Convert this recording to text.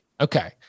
Okay